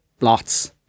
lots